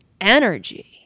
energy